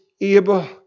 able